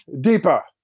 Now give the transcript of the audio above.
deeper